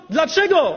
Dlaczego